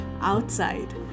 outside